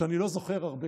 אני לא זוכר הרבה,